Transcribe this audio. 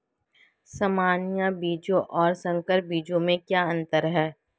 सामान्य बीजों और संकर बीजों में क्या अंतर है?